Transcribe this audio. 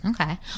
Okay